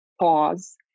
pause